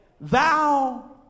thou